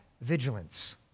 vigilance